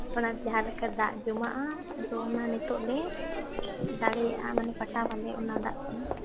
ᱚᱱᱟ ᱡᱟᱦᱟᱸᱞᱮᱠᱟ ᱫᱟᱜ ᱡᱚᱢᱟᱜᱼᱟ ᱚᱱᱟ ᱱᱤᱛᱳᱜ ᱞᱮ ᱫᱟᱲᱮᱭᱟᱜᱼᱟ ᱢᱟᱱᱮ ᱯᱟᱴᱟᱣᱟᱞᱮ ᱚᱱᱟ ᱫᱟᱜ ᱛᱮ